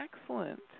Excellent